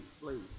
please